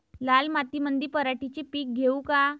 लाल मातीमंदी पराटीचे पीक घेऊ का?